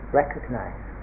recognize